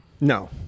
No